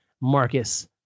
Marcus